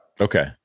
Okay